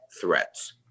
threats